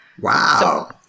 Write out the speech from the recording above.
Wow